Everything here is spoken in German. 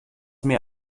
mehr